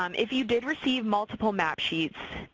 um if you did receive multiple map sheets,